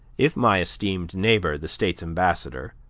if my esteemed neighbor, the state's ambassador,